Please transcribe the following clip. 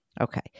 Okay